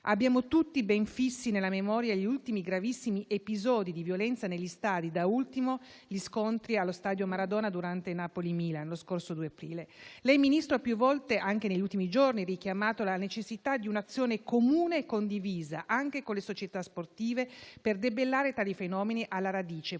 Abbiamo tutti ben fissi nella memoria gli ultimi gravissimi episodi di violenza negli stadi, da ultimo gli scontri allo stadio Maradona durante Napoli-Milan lo scorso 2 aprile. Lei, signor Ministro, più volte, anche negli ultimi giorni, ha richiamato la necessità di un'azione comune e condivisa, anche con le società sportive, per debellare tali fenomeni alla radice,